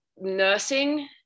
nursing